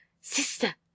Sister